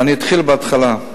ואני אתחיל מההתחלה.